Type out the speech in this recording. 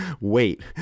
wait